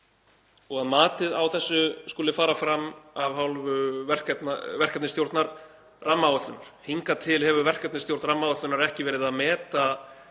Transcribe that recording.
og að matið á þessu skuli fara fram af hálfu verkefnisstjórnar rammaáætlunar. Hingað til hefur verkefnisstjórn rammaáætlunar ekki verið að meta